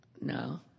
No